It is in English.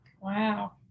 Wow